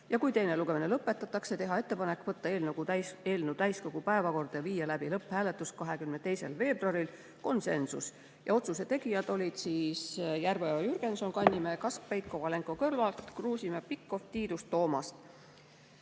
kui teine lugemine lõpetatakse, teha ettepanek võtta eelnõu täiskogu päevakorda ja viia läbi lõpphääletus 22. veebruaril, konsensusega. Otsuste tegijad olid Järveoja, Jürgenson, Kannimäe, Kaskpeit, Kovalenko-Kõlvart, Kruusimäe, Pikhof, Tiidus ja Toomast.